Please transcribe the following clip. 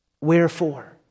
Wherefore